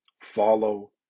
Follow